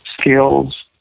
skills